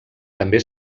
també